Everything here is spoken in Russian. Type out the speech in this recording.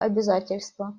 обязательства